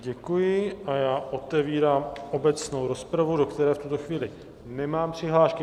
Děkuji a já otevírám obecnou rozpravu, do které v tuto chvíli nemám přihlášky.